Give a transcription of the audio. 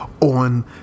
on